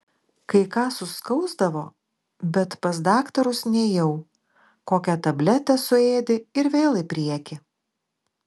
kai ką suskausdavo bet pas daktarus nėjau kokią tabletę suėdi ir vėl į priekį